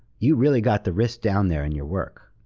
you really got the risk down there in your work.